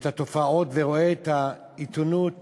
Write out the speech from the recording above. התופעות ורואה את העיתונות